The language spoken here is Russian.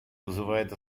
вызывает